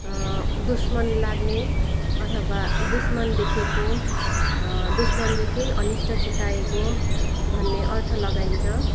दुस्मन लाग्ने अथवा दुस्मन देखेको दुस्मनले केही अनिष्ठ चिताएको भन्ने अर्थ लगाइन्छ